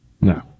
No